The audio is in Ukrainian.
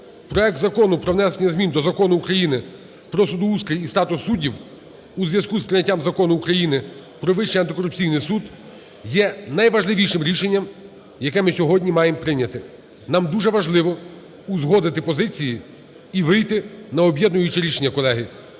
проект Закону про внесення змін до Закону України "Про судоустрій і статус суддів" у зв'язку з прийняттям Закону України "Про Вищий антикору пційний суд" є найважливішим рішенням, яке ми сьогодні маємо прийняти. Нам дуже важливо узгодити позиції і вийти на об'єднуюче рішення, колеги.